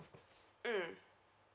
mm